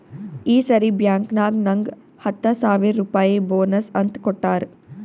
ಈ ಸರಿ ಬ್ಯಾಂಕ್ನಾಗ್ ನಂಗ್ ಹತ್ತ ಸಾವಿರ್ ರುಪಾಯಿ ಬೋನಸ್ ಅಂತ್ ಕೊಟ್ಟಾರ್